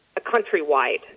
countrywide